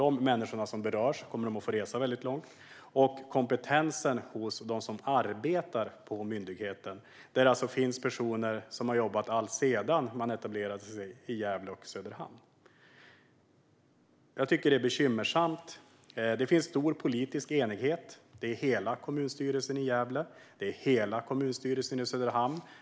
De människor som berörs kommer att få resa väldigt långt, och kompetensen hos dem som arbetar på myndigheten, där det alltså finns personer som har jobbat alltsedan man etablerade sig i Gävle och Söderhamn, kommer att påverkas. Jag tycker att detta är bekymmersamt. Det finns stor politisk enighet: hela kommunstyrelsen i både Gävle och Söderhamn.